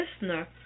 listener